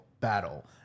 battle